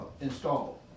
installed